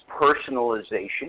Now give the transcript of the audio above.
personalization